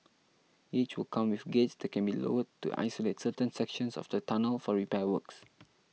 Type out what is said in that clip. each will come with gates that can be lowered to isolate certain sections of the tunnels for repair works